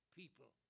people